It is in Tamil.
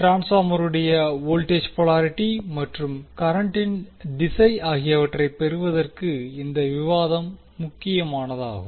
ட்ரான்ஸ்பார்மருடைய வோல்டேஜ் போலாரிட்டி மற்றும் கரண்டின் திசை ஆகியவற்றை பெறுவதற்கு இந்த விவாதம் முக்கியமானதாகும்